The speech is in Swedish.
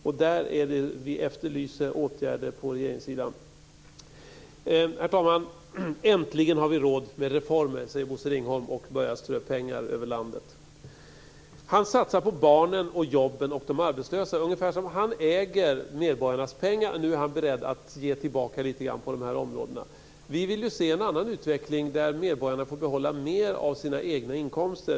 Och i fråga om detta efterlyser vi åtgärder från regeringssidan. Herr talman! Äntligen har vi råd med reformer, säger Bosse Ringholm, och börjar strö pengar över landet. Han satsar på barnen, jobben och de arbetslösa ungefär som om han äger medborgarnas pengar och nu är beredd att ge tillbaka lite grann på de här områdena. Vi vill se en annan utveckling där medborgarna får behålla mer av sina egna inkomster.